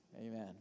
Amen